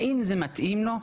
האם זה מתאים לו?